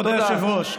כבוד היושב-ראש,